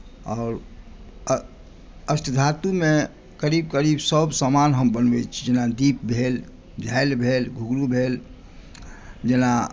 और अष्टधातुमे करीब करीब सभ समान हम बनबै छी जेना दीप भेल घैल भेल घुँघरू भेल जेना